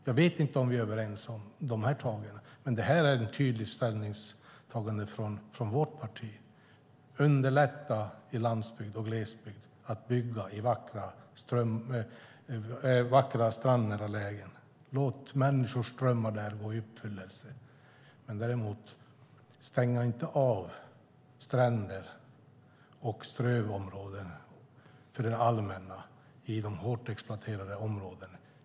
Jag vet inte om vi är överens om de här tagen, men det här är ett tydligt ställningstagande från vårt parti: Underlätta i landsbygd och glesbygd att bygga i vackra strandnära lägen. Låt människors drömmar där gå i uppfyllelse. Stäng däremot inte av stränder och strövområden för det allmänna i de hårt exploaterade områdena.